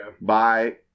Bye